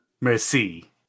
Merci